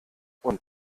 und